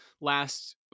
Last